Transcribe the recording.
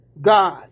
god